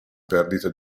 perdita